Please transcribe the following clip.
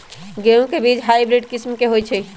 गेंहू के बीज हाइब्रिड किस्म के होई छई?